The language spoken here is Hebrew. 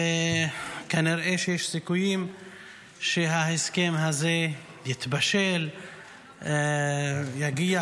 וכנראה שיש סיכויים שההסכם הזה יבשיל ויגיע